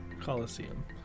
colosseum